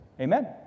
Amen